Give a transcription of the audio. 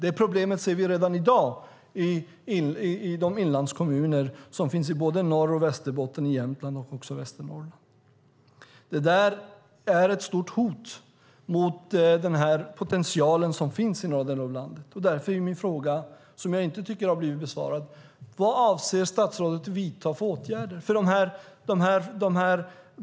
Det problemet ser vi redan i dag i inlandskommunerna i Norr och Västerbotten, Jämtland och Västernorrland. Det är ett stort hot med den potential som finns i norra delen av landet. Därför är min fråga, som jag inte tycker har blivit besvarad: Vilka åtgärder avser statsrådet att vidta?